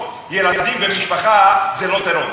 שלשרוף ילדים ומשפחה זה לא טרור.